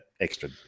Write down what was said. extra